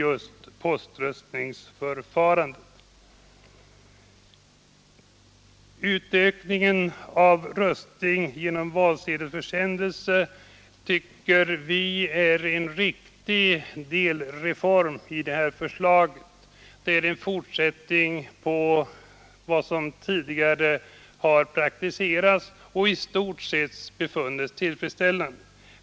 Utvidgningen av möjligheterna att rösta genom valsedelsförsändelse tycker vi i centern är en riktig delreform i propositionsförslaget. Det är en fortsättning på vad som tidigare har praktiserats och i stort sett befunnits tillfredsställande.